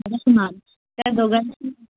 त्या दोघांची